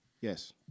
Yes